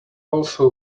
also